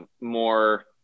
more